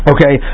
Okay